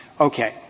Okay